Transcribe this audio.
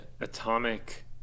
atomic